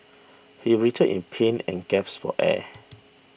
he writhed in pain and gasped for air